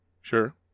Sure